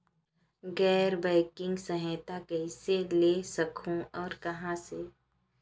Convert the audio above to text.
गैर बैंकिंग सहायता कइसे ले सकहुं और कहाँ से?